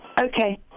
Okay